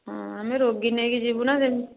ହଁ ଆମେ ରୋଗୀ ନେଇକି ଯିବୁନା